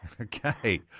Okay